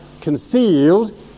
concealed